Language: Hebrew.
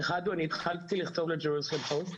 האחד הוא אני התחלתי לכתוב לג'רוזלם פוסט,